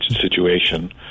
situation